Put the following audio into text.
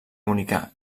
única